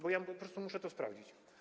Bo ja po prostu muszę to sprawdzić.